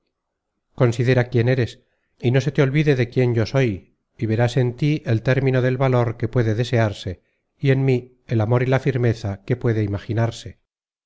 considera quién eres y no se te olvide de quién yo soy y verás en tí el término del valor que puede de searse y en mí el amor y la firmeza que puede imaginar